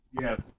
Yes